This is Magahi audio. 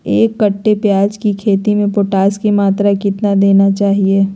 एक कट्टे प्याज की खेती में पोटास की मात्रा कितना देना चाहिए?